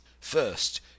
First